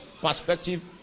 perspective